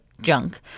junk